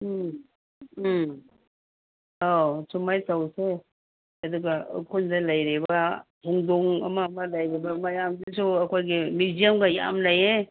ꯎꯝ ꯎꯝ ꯑꯣ ꯁꯨꯃꯥꯏ ꯇꯧꯁꯦ ꯑꯗꯨꯒ ꯎꯈ꯭ꯔꯨꯜꯗ ꯂꯩꯔꯤꯕ ꯍꯨꯡꯗꯨꯡ ꯑꯃ ꯑꯃ ꯂꯩꯔꯤꯕ ꯃꯌꯥꯝꯗꯨꯁꯨ ꯑꯩꯍꯣꯏꯒꯤ ꯃ꯭ꯌꯨꯖꯝꯒ ꯌꯥꯃ ꯂꯩꯌꯦ